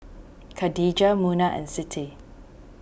Khadija Munah and Siti